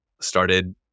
started